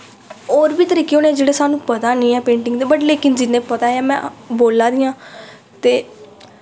होर बी तरीके न जेह्ड़े सानूं पता निं हैन पेंटिग दे बट लेकिन जिन्ने पता ऐ में बोल्लां दी आं ते